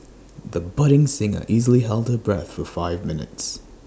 the budding singer easily held her breath for five minutes